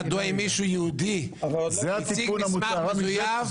למה לא נותנים ליהודי שהציג מסמך מזויף,